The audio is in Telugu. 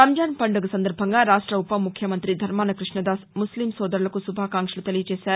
రంజాన్ పందుగ సందర్బంగా రాష్ట ఉప ముఖ్యమంత్రి ధర్మాన కృష్ణదాస్ ముస్లిం సోదరులకు శు భాకాంక్షలు తెలిపారు